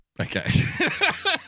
Okay